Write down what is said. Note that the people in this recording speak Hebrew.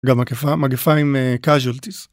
גם מגפה, מגפה עם casualties.